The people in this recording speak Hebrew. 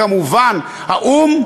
כמובן האו"ם,